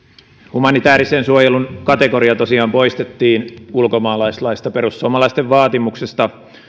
humanitäärisen suojelun kategoria tosiaan poistettiin ulkomaalaislaista perussuomalaisten vaatimuksesta